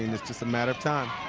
it's just a matter of time.